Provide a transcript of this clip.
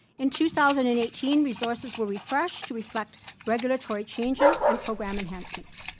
in two thousand and eighteen, resources were refreshed to reflect regulatory changes and program enhancements.